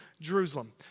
Jerusalem